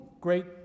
great